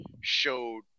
showed